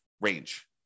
range